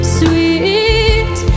sweet